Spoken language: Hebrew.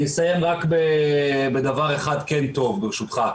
אני אסיים בדבר אחד טוב, ברשותך.